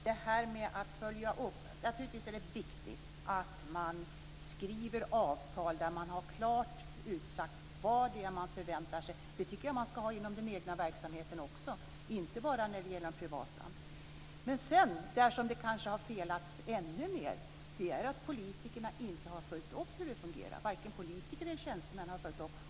Herr talman! När det gäller att följa upp är det naturligtvis viktigt att man skriver avtal där man klart har utsagt vad det är man förväntar sig. Det tycker jag att man ska ha i all verksamhet, inte bara i den privata. Men sedan har vi ett område där det kanske har felats ännu mer, och det är att politikerna inte har följt upp hur det fungerar. Varken politiker eller tjänstemän har följt upp.